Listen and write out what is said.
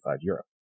Europe